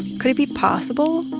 could it be possible?